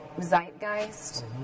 zeitgeist